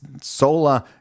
solar